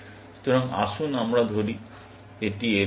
সুতরাং আসুন আমরা ধরি এটি এল